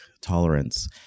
tolerance